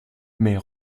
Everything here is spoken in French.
mais